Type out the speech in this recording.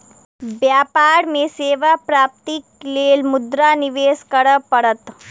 व्यापार में सेवा प्राप्तिक लेल मुद्रा निवेश करअ पड़त